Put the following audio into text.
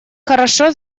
хорошо